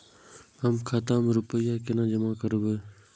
हम खाता में रूपया केना जमा करबे?